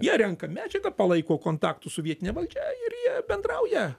jie renka medžiagą palaiko kontaktus su vietine valdžia ir jie bendrauja